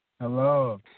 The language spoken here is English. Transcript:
Hello